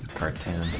part tim